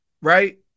right